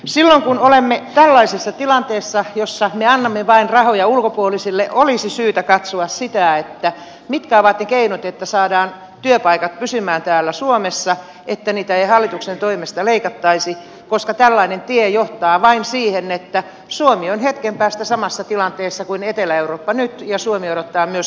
silloin kun olemme tällaisessa tilanteessa jossa me vain annamme rahoja ulkopuolisille olisi syytä katsoa sitä mitkä ovat ne keinot että saadaan työpaikat pysymään täällä suomessa että niitä ei hallituksen toimesta leikattaisi koska tällainen tie johtaa vain siihen että suomi on hetken päästä samassa tilanteessa kuin etelä eurooppa nyt ja suomi odottaa myöskin tukipaketteja